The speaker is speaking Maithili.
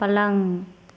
पलङ्ग